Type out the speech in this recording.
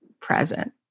present